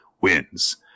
wins